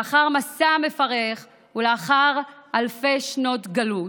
לאחר מסע מפרך ולאחר אלפי שנות גלות.